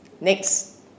Next